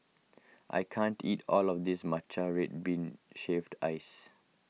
I can't eat all of this Matcha Red Bean Shaved Ice